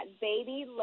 baby